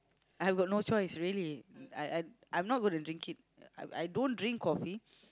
I've got no choice really I'm not going to drink it I don't drink coffee